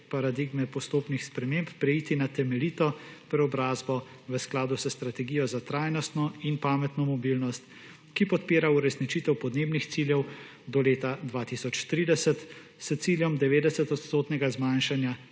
paradigme postopnih sprememb preiti na temeljito preobrazbo v skladu s strategijo za trajnostno in pametno mobilnost, ki podpira uresničitev podnebnih ciljev do leta 2030 s ciljem 90 % zmanjšanja